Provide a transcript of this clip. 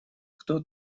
кто